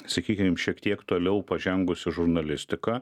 sakykim šiek tiek toliau pažengusi žurnalistika